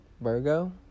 Virgo